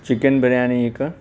chicken biryani हिकु